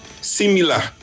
similar